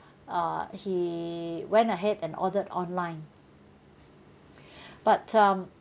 uh he went ahead and ordered online but um